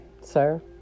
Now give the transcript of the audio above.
sir